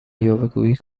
یاوهگویی